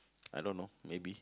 I don't know maybe